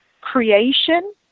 creation